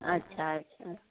अछा अछा